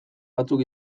batzuk